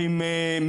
או עם מישהו,